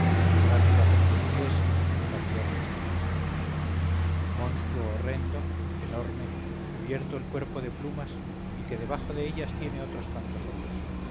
rápida por sus pies y sus infatigables alas monstruo horrendo enorme cubierto el cuerpo de plumas y que debajo de ellas tiene otros tantos ojos